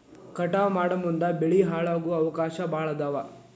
ಕಟಾವ ಮಾಡುಮುಂದ ಬೆಳಿ ಹಾಳಾಗು ಅವಕಾಶಾ ಭಾಳ ಅದಾವ